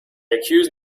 accuse